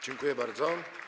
Dziękuję bardzo.